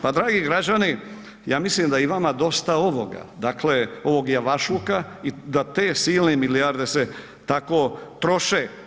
Pa dragi građani, ja mislim da je i vama dosta ovoga, dakle ovog javašluka i da te silne milijarde se tako troše.